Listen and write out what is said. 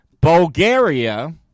Bulgaria